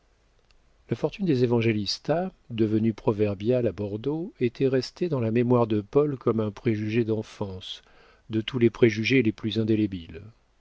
la fortune des évangélista devenue proverbiale à bordeaux était restée dans la mémoire de paul comme un préjugé d'enfance de tous les préjugés le plus indélébile